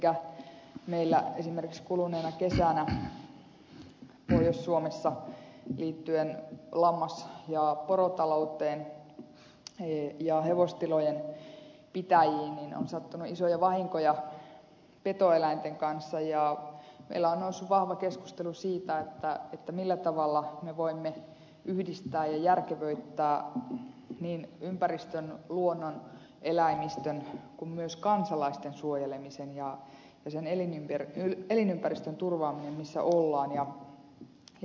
elikkä meillä esimerkiksi kuluneena kesänä pohjois suomessa liittyen lammas ja porotalouteen ja hevostilojen pitäjiin on sattunut isoja vahinkoja petoeläinten kanssa ja meillä on noussut vahva keskustelu siitä millä tavalla me voimme yhdistää ja järkevöittää niin ympäristön luonnon eläimistön kuin myös kansalaisten suojelemisen ja sen elinympäristön turvaamisen missä ollaan